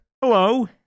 Hello